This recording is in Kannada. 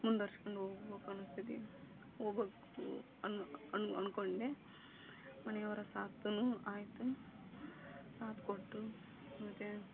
ಮುಂದ್ವರೆಸ್ಕೊಂಡು ಹೋಗ್ಬೇಕನ್ನಿಸ್ತಿದೆ ಹೋಗ್ಬೇಕು ಅನ್ನೋ ಅನ್ನ ಅಂದ್ಕೊಂಡೆ ಮನೆಯವರ ಸಾಥ್ನೂ ಆಯಿತು ಸಾಥ್ ಕೊಟ್ಟರೂ ಮತ್ತು